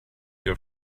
your